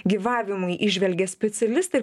gyvavimui įžvelgia specialistai